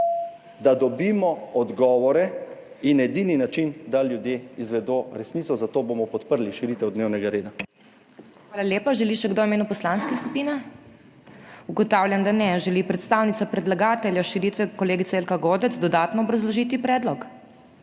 da dobimo odgovore in edini način, da ljudje izvedo resnico, zato bomo podprli širitev dnevnega reda. **PODPREDSEDNICA MAG. MEIRA HOT:** Hvala lepa. Želi še kdo v imenu poslanske skupine? Ugotavljam, da ne. Želi predstavnica predlagatelja širitve, kolegica Jelka Godec dodatno obrazložiti predlog?